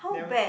then